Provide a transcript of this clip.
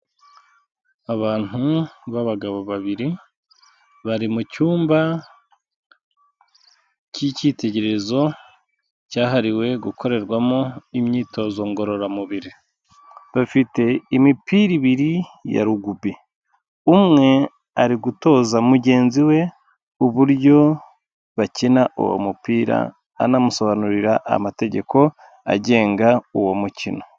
Abantu b'abagabo babiri bari mu cyumba cy'icyitegererezo cyahariwe gukorerwamo imyitozo ngororamubiri. Bafite imipira ibiri ya rugby. umwe ari gutoza mugenzi we uburyo bakina uwo mupira anamusobanurira amategeko agenga uwo mukino.